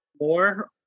more